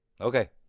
Okay